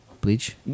bleach